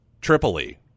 Tripoli